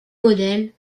modèle